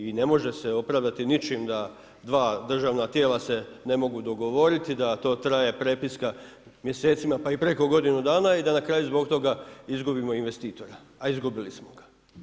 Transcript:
I ne može se opravdati ničim da dva državna tijela se ne mogu dogovoriti, da to traje prepiska mjesecima pa i preko godinu dana i da na kraju zbog toga izgubimo investitora, a izgubili smo ga.